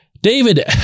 David